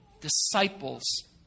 disciples